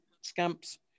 scamps